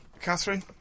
Catherine